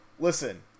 listen